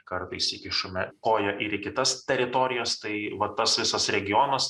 kartais įkišame koją ir į kitas teritorijas tai vat tas visas regionas